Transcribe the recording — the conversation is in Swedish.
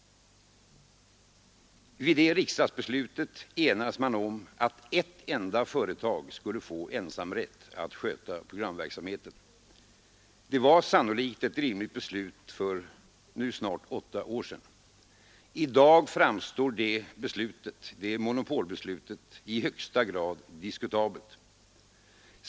Vid riksdagsbeslutet det året enades man om att ett enda företag skulle få ensamrätt att sköta programverksamheten. Det var sannolikt ett riktigt beslut för nu snart åtta år sedan. I dag framstår det monopolbeslutet som i högsta grad diskutabelt.